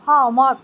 সহমত